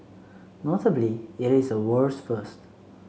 notably it is a world's first